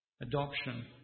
adoption